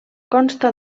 consta